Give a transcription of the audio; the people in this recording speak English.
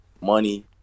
money